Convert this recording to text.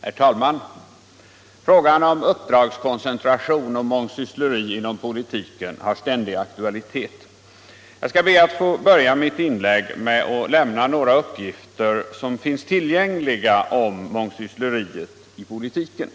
Herr talman! Frågan om uppdragskoncentration och mångsyssleri inom politiken har ständig aktualitet. Jag skall be att få börja mitt inlägg med att lämna några uppgifter om mångsyssleriet i politiken.